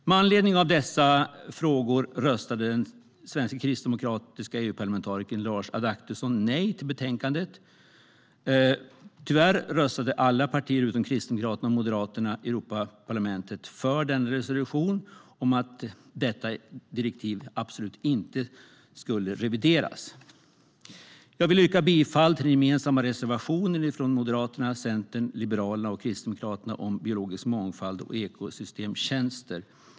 Med anledning av dessa frågor röstade den svenske kristdemokratiske EU-parlamentarikern Lars Adaktusson nej till betänkandet. Tyvärr röstade alla partier utom Kristdemokraterna och Moderaterna i Europaparlamentet för denna resolution om att direktivet absolut inte ska revideras. Jag yrkar bifall till den gemensamma reservationen från Moderaterna, Centerpartiet, Liberalerna och Kristdemokraterna om biologisk mångfald och ekosystemtjänster.